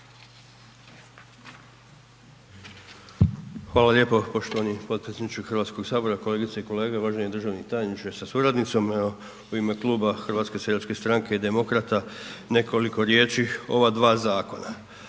Hvala lijepo poštovani potpredsjedniče Hrvatskog sabora, kolegice i kolege, uvaženi državni tajniče sa suradnicom evo u ime Kluba HSS-a i Demokrata nekoliko riječi o ova dva zakona.